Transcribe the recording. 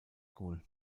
school